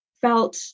felt